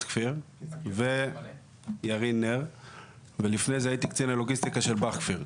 כפיר ולפני כן הייתי קצין הלוגיסטיקה של בא"ח כפיר.